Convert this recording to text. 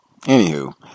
Anywho